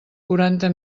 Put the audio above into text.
quaranta